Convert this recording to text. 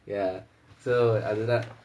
ya so அது தான்:athu thaan